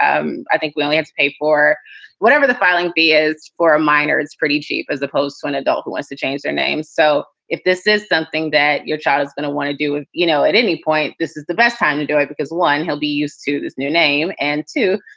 um i think we only have to pay for whatever the filing fee is for. a minor is pretty cheap as opposed to an adult who wants to change their name. so if this is something that your child is going to want to do with, you know, at any point, this is the best time to do it because, one, he'll be used to this new name. and two,